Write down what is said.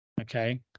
Okay